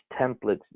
templates